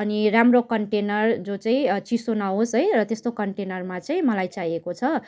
अनि राम्रो कन्टेनर जो चाहिँ चिसो नहोस् है र त्यस्तो कन्टेनरमा चाहिँ मलाई चाहिएको छ